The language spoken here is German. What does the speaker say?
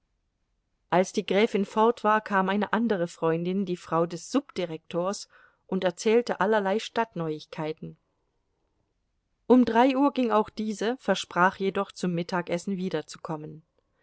als die gräfin fort war kam eine andere freundin die frau des subdirektors und erzählte allerlei stadtneuigkeiten um drei uhr ging auch diese versprach jedoch zum mittagessen wiederzukommen